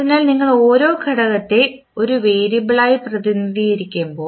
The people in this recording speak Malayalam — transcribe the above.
അതിനാൽ നിങ്ങൾ ഓരോ ഘടകത്തെ ഒരു വേരിയബിളായി പ്രതിനിധീകരിക്കുമ്പോൾ